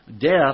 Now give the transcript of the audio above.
Death